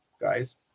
guys